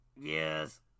Yes